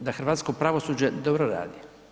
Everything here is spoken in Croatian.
da hrvatsko pravosuđe dobro radi.